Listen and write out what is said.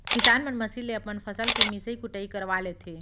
किसान मन मसीन ले अपन फसल के मिसई कुटई करवा लेथें